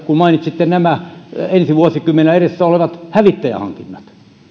kun mainitsitte nämä ensi vuosikymmenellä edessä olevat hävittäjähankinnat